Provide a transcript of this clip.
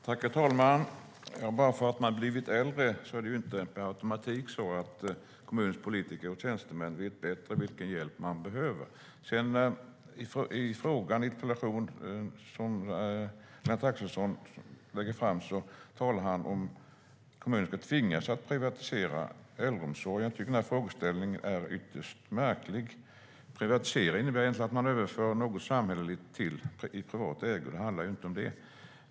Herr talman! Bara för att man har blivit äldre är det inte per automatik så att kommunens politiker och tjänstemän vet bättre vilken hjälp man behöver. Lennart Axelsson talar i sin interpellation om att kommuner ska tvingas att privatisera äldreomsorgen. Den frågeställningen är ytterst märklig. Privatisering innebär egentligen att man överför något samhälleligt i privat ägo. Men det handlar inte om det.